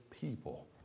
people